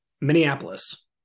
Minneapolis